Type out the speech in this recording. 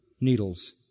needles